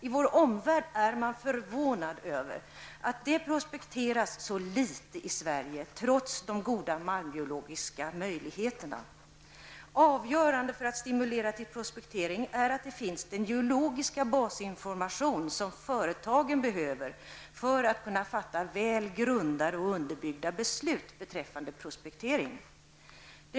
I vår omvärld är man förvånad över att det prospekteras så litet i Sverige trots de goda malmgeologiska möjligheterna. Avgörande för att stimulera till prospektering är att den geologiska basinformation som företagen behöver för att kunna fatta väl underbyggda beslut beträffande prospekteringsinsatser finns.